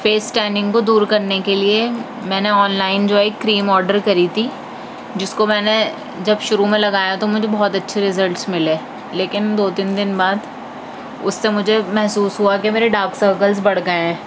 face tanning کو دور کرنے کے لئے میں نے آن لائن جو ہے ایک کریم آڈر کری تھی جس کو میں نے جب شروع میں لگایا تو مجھے بہت اچھے زیزلٹس ملے لیکن دو تین دِن بعد اُس سے مجھے محسوس ہُوا کہ میرے ڈارک سرکلس بڑھ گئے ہیں